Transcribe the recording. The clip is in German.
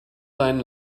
deinen